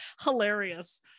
hilarious